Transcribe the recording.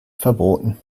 verboten